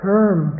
term